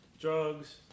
drugs